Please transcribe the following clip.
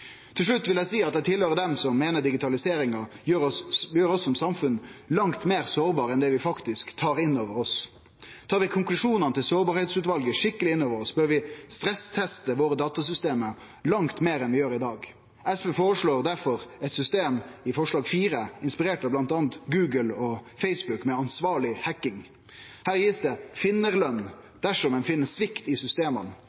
Til slutt vil eg seie at eg høyrer til dei som meiner digitaliseringa gjer oss som samfunn langt meir sårbare enn det vi faktisk tar inn over oss. Tar vi konklusjonane til Sårbarhetsutvalget skikkeleg inn over oss, bør vi stressteste datasystema våre langt meir enn vi gjer i dag. SV føreslår difor i forslag nr. 4 eit system, inspirert av bl.a. Google og Facebook, med ansvarleg hacking. Der blir det